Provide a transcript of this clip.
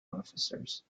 officers